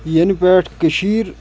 یَنہٕ پٮ۪ٹھ کٔشیٖر